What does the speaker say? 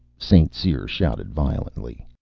st. cyr shouted violently.